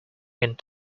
end